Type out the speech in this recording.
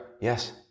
Yes